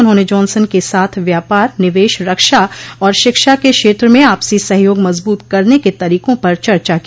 उन्होंने जॉनसन के साथ व्यापार निवेश रक्षा और शिक्षा के क्षेत्र में आपसी सहयोग मजबूत करने के तरीकों पर चर्चा की